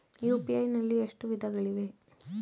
UPI ನಲ್ಲಿ ಎಷ್ಟು ವಿಧಗಳಿವೆ?